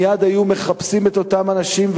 מייד היו מחפשים את אותם אנשים,